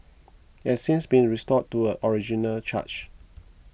it has since been restored to a original charge